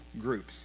groups